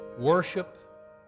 worship